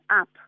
up